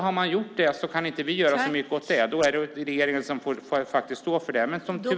Har man gjort det kan inte vi göra så mycket åt det. Då får regeringen stå för detta.